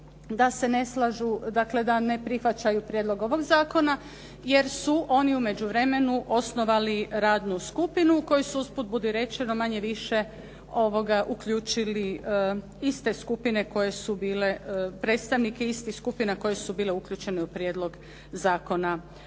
da se ne slažu, dakle da ne prihvaćaju prijedlog ovog zakona jer su oni u međuvremenu osnovali radnu skupinu koju su usput budi rečeno manje-više uključili iste skupine koje su bile, predstavnike istih skupina koje su bile uključene u Prijedlog zakona